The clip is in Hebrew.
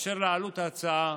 אשר לעלות ההצעה,